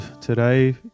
today